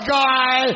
guy